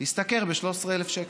ישתכר 13,000 שקל,